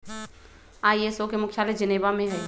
ISO के मुख्यालय Geneva में हइ